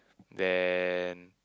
then